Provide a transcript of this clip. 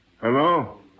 Hello